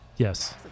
Yes